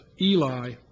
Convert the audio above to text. Eli